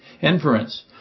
inference